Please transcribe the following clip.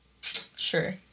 Sure